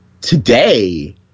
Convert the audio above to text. today